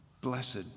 Blessed